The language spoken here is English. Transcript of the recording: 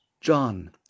John